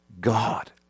God